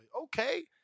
Okay